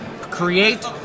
create